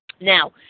Now